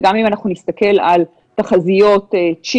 וגם אם אנחנו נסתכל על תחזיות - צ'ילה,